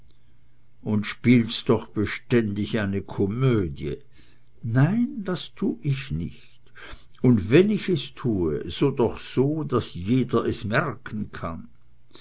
und spielst doch beständig eine komödie nein das tu ich nicht und wenn ich es tue so doch so daß jeder es merken kann